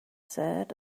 said